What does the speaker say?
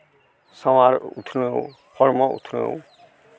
ᱥᱟᱶᱟᱨ ᱩᱛᱱᱟᱹᱣ ᱦᱚᱲᱢᱚ ᱩᱛᱱᱟᱹᱣ